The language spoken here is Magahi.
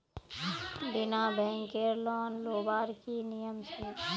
बिना बैंकेर लोन लुबार की नियम छे?